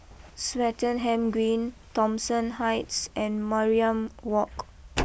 Swettenham Green Thomson Heights and Mariam walk